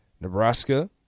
Nebraska